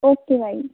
okay bye